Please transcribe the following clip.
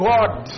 God